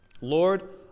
Lord